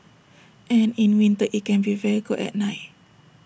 and in winter IT can be very cold at night